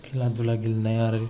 खेला दुला गेलेनाय आरो